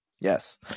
Yes